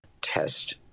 test